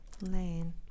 Lane